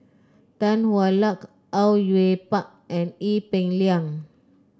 Tan Hwa Luck Au Yue Pak and Ee Peng Liang